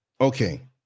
Okay